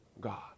God